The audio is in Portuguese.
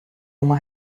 uma